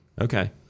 Okay